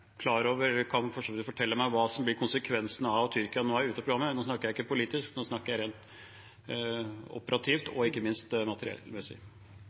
fortelle meg hva som blir konsekvensen av at Tyrkia nå er ute av programmet? Nå snakker jeg ikke politisk, nå snakker jeg rent operativt og ikke minst materiellmessig.